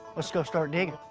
let's go start digging.